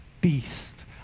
Beast